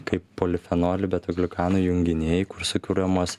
kaip polifenolių betagliukanų junginiai kur sukuriamos